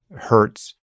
hertz